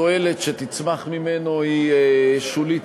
התועלת שתצמח ממנו היא שולית,